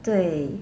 对